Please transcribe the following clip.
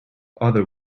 other